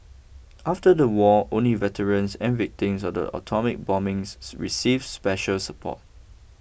after the war only veterans and victims of the atomic bombings receive special support